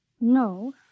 No